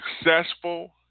successful